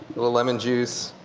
little lemon juice,